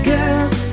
Girls